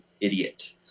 idiot